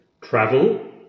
travel